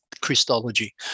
Christology